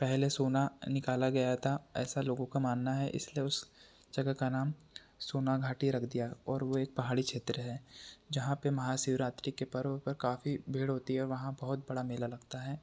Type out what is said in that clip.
पहले सोना निकाला गया था ऐसा लोगों का मानना है इसलिए उस जगह का नाम सोनाघाटी रख दिया गया और वो एक पहाड़ी क्षेत्र है जहाँ पर महाशिवरात्री के पर्व पर काफ़ी भीड़ होती है वहाँ बहुत बड़ा मेला लगता है